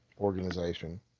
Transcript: organization